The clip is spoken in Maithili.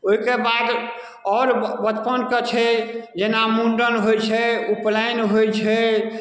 ओहिके बाद आओर बचपनके छै जेना मुण्डन होइ छै उपनायन होइ छै